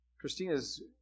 Christina's